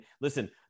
listen